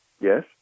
Yes